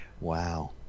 Wow